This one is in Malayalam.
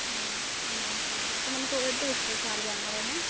ആണല്ലേ ആ ഓക്കേ ഓക്കേ അപ്പോൾ നമുക്ക് ഒരു ദിവസത്തെ ചാർജ് ആണോ പറയുന്നത്